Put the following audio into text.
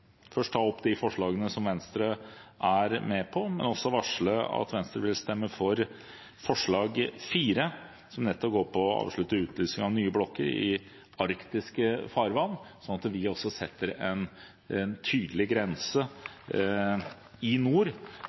varsle at Venstre vil stemme for forslag nr. 4, som nettopp går på å avslutte utlysingen av nye blokker i arktiske farvann, slik at vi også setter en tydelig grense i nord